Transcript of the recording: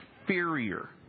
inferior